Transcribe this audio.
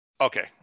Okay